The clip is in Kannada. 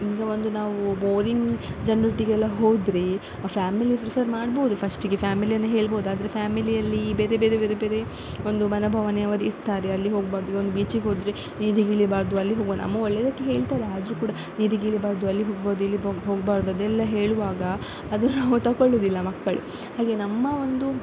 ಈಗ ಒಂದು ನಾವು ಬೋರಿಂಗ್ ಜನರೊಟ್ಟಿಗೆಲ್ಲ ಹೋದರೆ ಫ್ಯಾಮಿಲಿ ಪ್ರಿಫರ್ ಮಾಡ್ಬೋದು ಫಸ್ಟಿಗೆ ಫ್ಯಾಮಿಲಿಯನ್ನೇ ಹೇಳ್ಬೋದು ಆದರೆ ಫ್ಯಾಮಿಲಿ ಅಲ್ಲಿ ಬೇರೆ ಬೇರೆ ಬೇರೆ ಬೇರೆ ಒಂದು ಮನೋಭಾವನೆ ಅವರು ಇರ್ತಾರೆ ಅಲ್ಲಿ ಹೋಗಬಾರ್ದು ಈಗ ಒಂದು ಬೀಚಿಗೆ ಹೋದರೆ ನೀರಿಗೆ ಇಳಿಬಾರ್ದು ಅಲ್ಲಿಗೆ ಹೋಗಬಾರ್ದು ನಮ್ಮ ಒಳ್ಳೇದಕ್ಕೆ ಹೇಳ್ತಾರೆ ಆದರೂ ಕೂಡ ನೀರಿಗೆ ಇಳಿಬಾರ್ದು ಅಲ್ಲಿ ಹೋಗಬಾರ್ದು ಇಲ್ಲಿ ಹೋಗಬಾರ್ದು ಅದೆಲ್ಲ ಹೇಳುವಾಗ ಅದು ನಾವು ತಗೊಳ್ಳೋದಿಲ್ಲ ಮಕ್ಕಳು ಹಾಗೆ ನಮ್ಮ ಒಂದು